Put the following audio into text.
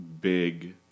big